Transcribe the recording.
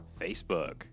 Facebook